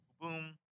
boom